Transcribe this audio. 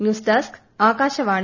news desk Akashvani